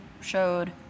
showed